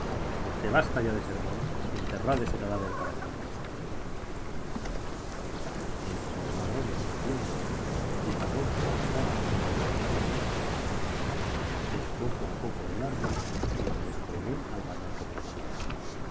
matar conque basta ya de sermón y enterrad ese cadáver para que no apeste mientras los ladrones hacían el hoyo y parrón se sentaba a merendar dándome la espalda me alejé poco a poco del árbol y me descolgué al barranco próximo